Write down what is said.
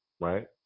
right